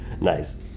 Nice